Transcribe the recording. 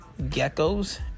geckos